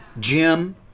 Jim